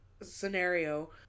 scenario